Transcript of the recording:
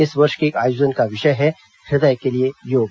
इस वर्ष के आयोजन का विषय है हृदय के लिए योग